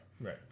Right